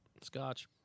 Scotch